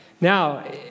Now